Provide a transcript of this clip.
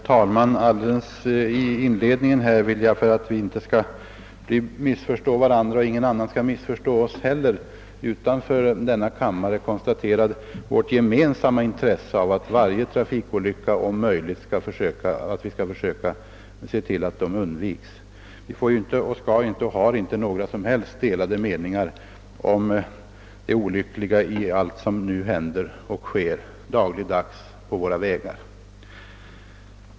Herr talman! Inledningsvis vill jag, för att vi inte skall missförstå varandra och för att inte heller någon utanför denna kammare skall missförstå oss, konstatera vårt gemensamma intresse av att om möjligt försöka se till att varje trafikolycka undviks. Vi har inga som helst delade meningar om det olyckliga i allt som nu händer dagligdags på våra vägar.